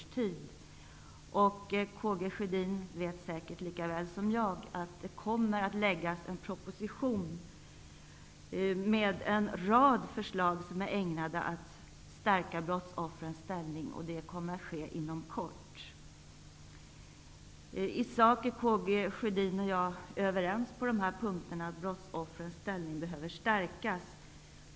Karl Gustaf Sjödin vet säkert lika väl som jag att det kommer att läggas fram en proposition med en rad förslag som är ägnade att stärka brottsoffrens ställning. Det kommer att ske inom kort. I sak är Karl Gustaf Sjödin och jag överens på de här punkterna. Brottsoffrens ställning behöver stärkas.